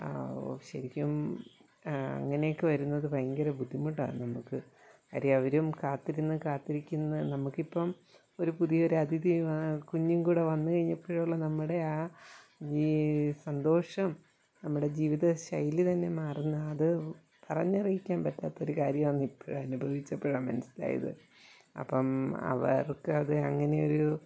ശരിക്കും അങ്ങനെയൊക്കെ വരുന്നത് ഭയങ്കര ബുദ്ധിമുട്ടാ നമുക്ക് കാര്യം അവരും കാത്തിരുന്ന് കാത്തിരിക്കുന്ന നമുക്കിപ്പം ഒരു പുതിയൊരതിഥി കുഞ്ഞും കൂടെ വന്ന് കഴിഞ്ഞപ്പോഴുള്ള നമ്മുടെ ആ ഈ സന്തോഷം നമ്മുടെ ജീവിതശൈലി തന്നെ മാറുന്ന അത് പറഞ്ഞറിയിക്കാൻ പറ്റാത്ത ഒരു കാര്യമാണെന്ന് ഇപ്പോഴാ അനുഭവിച്ചപ്പോഴാ മനസിലായത് അപ്പം അവർക്കത് അങ്ങനെ ഒരു